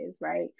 right